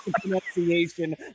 pronunciation